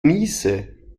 niese